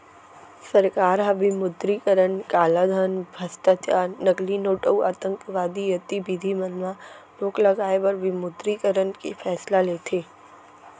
सरकार ह विमुद्रीकरन कालाधन, भस्टाचार, नकली नोट अउ आंतकवादी गतिबिधि मन म रोक लगाए बर विमुद्रीकरन के फैसला लेथे